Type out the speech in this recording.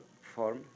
form